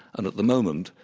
and at the moment,